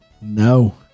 No